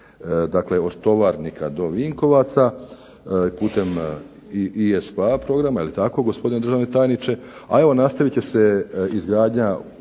Srbije, od Tovarnika do Vinkovca, putem ISPA programa je li tako gospodine tajniče, a nastaviti će se izgradnja